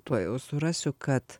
tuojau surasiu kad